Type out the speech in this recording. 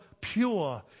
pure